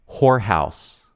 whorehouse